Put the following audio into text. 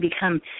become